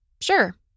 Sure